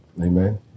Amen